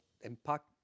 impact